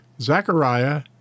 Zechariah